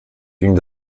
ging